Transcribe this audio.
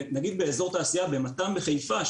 נגיד באזור תעשייה במת"מ בחיפה,